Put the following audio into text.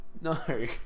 no